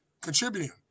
contributing